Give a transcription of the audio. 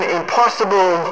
impossible